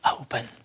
open